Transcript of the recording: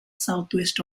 southwest